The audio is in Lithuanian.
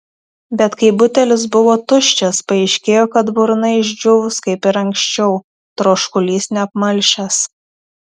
bet kai butelis buvo tuščias paaiškėjo kad burna išdžiūvus kaip ir anksčiau troškulys neapmalšęs